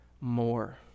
more